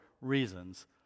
reasons